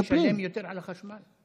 נשלם יותר על החשמל.